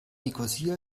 nikosia